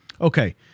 Okay